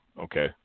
okay